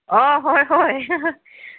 অ হয় হয়